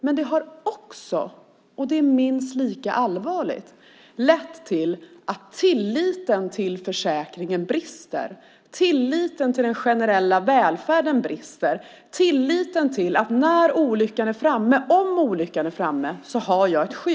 Men det har också - och det är minst lika allvarligt - lett till att tilliten till försäkringen brister. Tilliten till den generella välfärden brister, tilliten till att man har ett skydd om olyckan är framme.